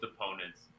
opponents